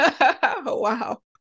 Wow